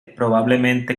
probablemente